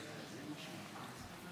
יעל.